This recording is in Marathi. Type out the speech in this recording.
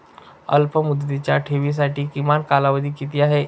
अल्पमुदतीच्या ठेवींसाठी किमान कालावधी किती आहे?